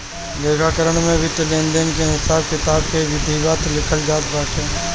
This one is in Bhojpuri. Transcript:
लेखाकरण में वित्तीय लेनदेन के हिसाब किताब के विधिवत लिखल जात बाटे